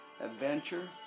adventure